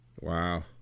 Wow